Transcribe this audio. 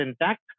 intact